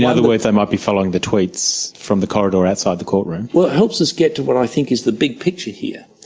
in other words, they might be following the tweets from the corridor outside the courtroom. well it helps us get to what i think is the big picture here.